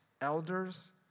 elders